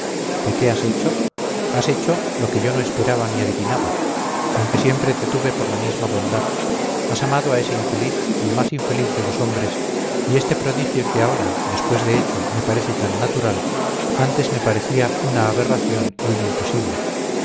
que qué has hecho has hecho lo que yo no esperaba ni adivinaba aunque siempre te tuve por la misma bondad has amado a ese infeliz al más infeliz de los hombres y este prodigio que ahora después de hecho me parece tan natural antes me parecía una aberración y un imposible